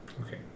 okay